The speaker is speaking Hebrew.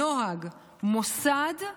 נוהג, מוסד,